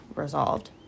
resolved